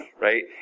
right